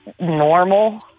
normal